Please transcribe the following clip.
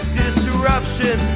disruption